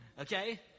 Okay